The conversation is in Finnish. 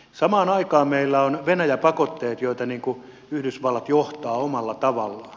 samaan aikaan meillä on venäjä pakotteet joita yhdysvallat johtaa omalla tavallaan